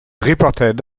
reported